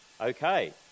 Okay